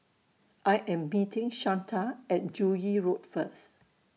I Am beeting Shanta At Joo Yee Road First